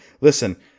Listen